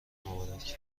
مبارک